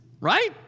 right